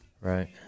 Right